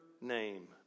name